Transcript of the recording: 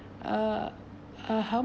uh how